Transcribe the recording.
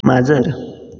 माजर